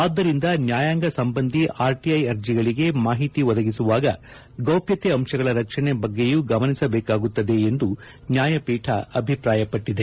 ಆದ್ದರಿಂದ ನ್ಯಾಯಾಂಗ ಸಂಬಂಧಿ ಆರ್ಟಿಐ ಅರ್ಜಿಗಳಿಗೆ ಮಾಹಿತಿ ಒದಗಿಸುವಾಗ ಗೌಪ್ನತೆ ಅಂಶಗಳ ರಕ್ಷಣೆ ಬಗ್ಗೆಯೂ ಗಮನಿಸಬೇಕಾಗುತ್ತದೆ ಎಂದು ನ್ಯಾಯಪೀಠ ಅಭಿಪ್ರಾಯಪಟ್ಟಿದೆ